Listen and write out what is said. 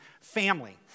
family